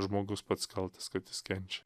žmogus pats kaltas kad jis kenčia